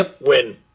win